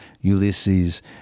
Ulysses